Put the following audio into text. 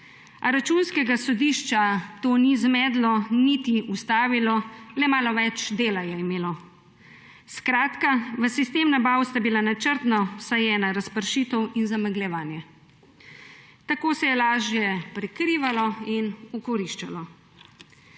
A Računskega sodišča to ni zmedlo niti ustavilo, le malo več dela je imelo. Skratka, v sistemu nabav sta bila načrtno vsaj ena razpršitev in zamegljevanje. Tako se je lažje prikrivalo in okoriščalo.